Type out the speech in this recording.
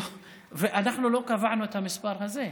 ואנחנו לא קבענו את המספר הזה,